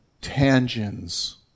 tangents